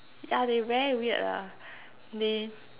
yeah they very weird ah they